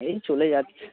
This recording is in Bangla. এই চলে যাচ্ছে